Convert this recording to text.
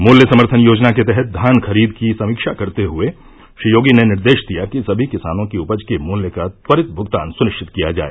मूल्य समर्थन योजना के तहत धान खरीद की समीक्षा करते हए श्री योगी ने निर्देश दिया कि समी किसानों की उपज के मूल्य का त्वरित भुगतान सुनिश्चित किया जाए